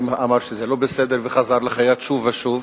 אמר שזה לא בסדר וחזר לחייט שוב ושוב.